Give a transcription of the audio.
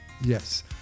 Yes